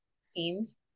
Seems